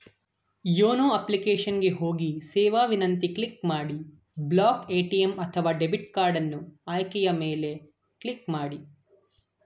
YONO application ಗೆ ಹೋಗಿ ಸೇವಾ ವಿನಂತಿ ಕ್ಲಿಕ್ ಮಾಡಿ ಬ್ಲಾಕ್ ಎ.ಟಿ.ಎಂ ಅಥವಾ ಡೆಬಿಟ್ ಕಾರ್ಡನ್ನು ಆಯ್ಕೆಯ ಮೇಲೆ ಕ್ಲಿಕ್ ಮಾಡಿ